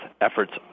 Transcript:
efforts